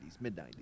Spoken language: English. mid-90s